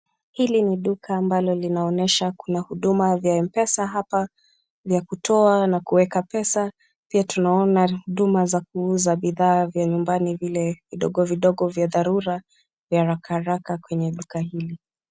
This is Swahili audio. Hilini duka ambalo linaonyesha kuna huduma ya Mpesa hapa pesa vya kutoa na kuweka pesa, pia tunaona huduma za kuuza bidhaa za nyumba zile vidogo vidogo vya dharura vya haraka haraka kwenye duka hili.